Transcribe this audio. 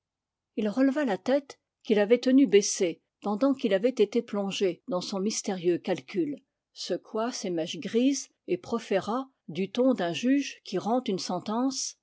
il releva la tête qu'il avait tenue baissée pendant qu'il avait été plongé dans son mystérieux calcul secoua ses mèches grises et proféra du ton d'un juge qui rend une sentence